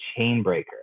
Chainbreaker